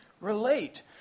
relate